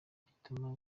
gituma